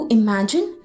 imagine